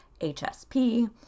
HSP